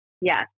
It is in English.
Yes